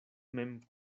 mem